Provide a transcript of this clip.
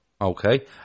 Okay